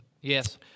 Yes